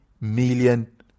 million